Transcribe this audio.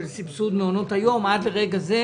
סבסוד מעונות היום לא התפרסמו עד רגע זה,